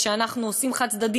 כשאנחנו עושים חד-צדדי,